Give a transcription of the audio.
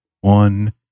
one